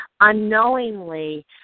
unknowingly